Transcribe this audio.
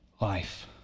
life